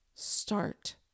start